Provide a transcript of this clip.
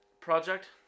project